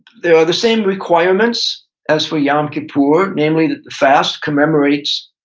there are the same requirements as for yom kippur, namely the fast commemorates,